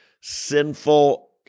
sinful